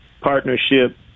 partnership